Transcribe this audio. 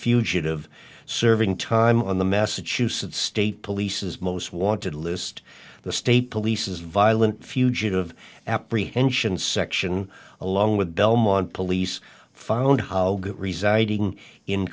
fugitive serving time on the massachusetts state police is most wanted list the state police's violent fugitive apprehension section along with belmont police found how residing in